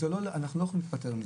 אנחנו לא יכולים להיפטר מזה.